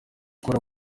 gukora